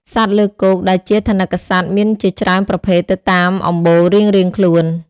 សត្វលើគោកដែលជាថនិកសត្វមានជាច្រើនប្រភេទទៅតាមអម្បូររៀងៗខ្លួន។